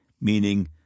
meaning